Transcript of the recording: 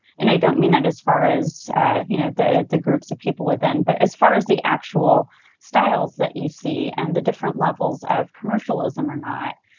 and i don't mean that as far as you know the the groups of people within, but as far as the actual styles that you see and the different levels of commercialism or not.